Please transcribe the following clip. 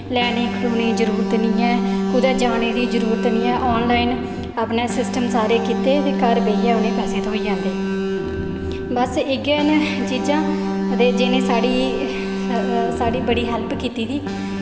line च खड़ोने दी जरूरत निं ऐ कुदै जाने दी जरूरत निं ऐ आनलाईन अपने सिस्टम सारे कीते ते घर बेहियै उ'नेंगी पैसे थ्होई जंदे बस इ'यै न चीजां ते जिनें साढ़ी साढ़ी बड़ी हैल्प कीती दी